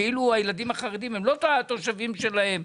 כאילו הילדים החרדים הם לא תושבים שלהם?